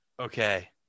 Okay